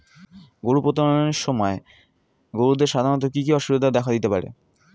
গরু প্রতিপালনের সময় গরুদের সাধারণত কি কি অসুবিধা দেখা দিতে পারে?